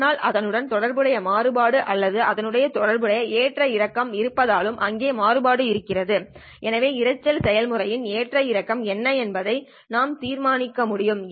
ஆனால் அதனுடன் தொடர்புடைய மாறுபாடு அல்லது அதனுடன் தொடர்புடைய ஏற்ற இறக்கம் இருப்பதாலும் அங்கே மாறுபாடு இருக்கும் எனவே இரைச்சல் செயல்முறையின் ஏற்ற இறக்கம் என்ன என்பதை நாம் தீர்மானிக்க முடியும்